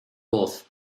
both